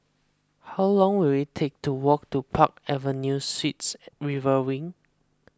how long will it take to walk to Park Avenue Suites River Wing